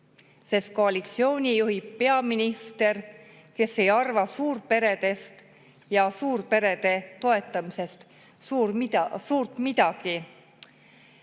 sest koalitsiooni juhib peaminister, kes ei arva suurperedest ja suurperede toetamisest suurt midagi.